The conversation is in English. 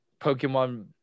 Pokemon